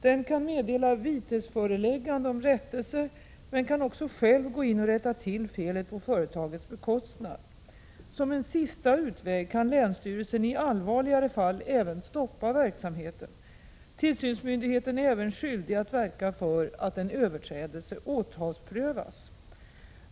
Den kan meddela vitesföreläggande om rättelse men kan också själv gå in och rätta till felet på företagets bekostnad. Som en sista utväg kan länsstyrelsen i allvarligare fall även stoppa verksamheten. Tillsynsmyndigheten är även skyldig att verka för att en överträdelse åtalsprövas.